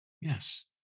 yes